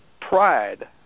pride